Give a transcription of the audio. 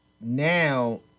now